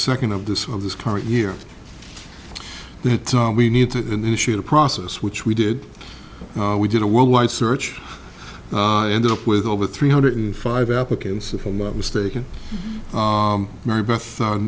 second of this of this current year that we need to initiate a process which we did we did a worldwide search ended up with over three hundred five applicants if i'm not mistaken marybeth